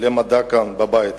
המדע כאן, בבית.